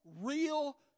real